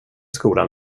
skolan